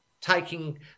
taking